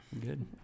good